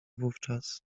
wówczas